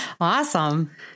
Awesome